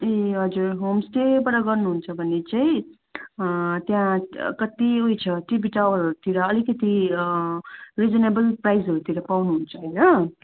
ए हजुर होमस्टेबाट गर्नुहुन्छ भने चाहिँ त्यहाँ कति छेउ टिभी टावरहरूतिर अलिकति रिजनेबल प्राइसहरूतिर पाउनुहुन्छ होइन